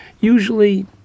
Usually